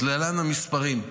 אז להלן המספרים: